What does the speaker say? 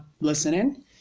listening